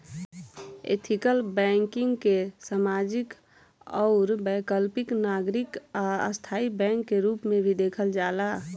ethical banking के सामाजिक आउर वैकल्पिक नागरिक आ स्थाई बैंक के रूप में भी देखल जाला